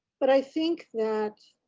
but i think that